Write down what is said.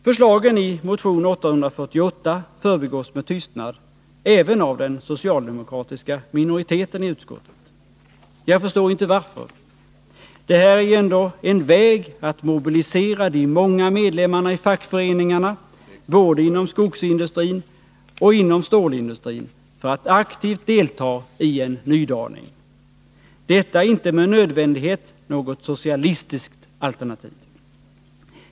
Förslagen i motion 848 förbigås med tystnad även av den socialdemokratiska minoriteten i utskottet. Jag förstår inte varför. Det här är ju ändå en väg att mobilisera de många medlemmarna i fackföreningarna, både inom skogsindustrin och inom stålindustrin, att aktivt delta i en nydaning. Detta är inte med nödvändighet något socialistiskt alternativ.